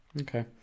Okay